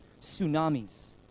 tsunamis